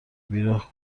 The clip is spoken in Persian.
بیراه